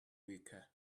weaker